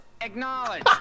Acknowledge